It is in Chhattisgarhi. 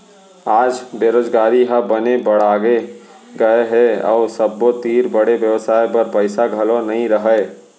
आज बेरोजगारी ह बने बाड़गे गए हे अउ सबो तीर बड़े बेवसाय बर पइसा घलौ नइ रहय